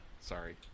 sorry